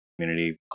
community